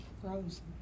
frozen